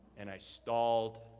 and i stalled,